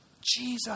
Jesus